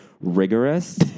rigorous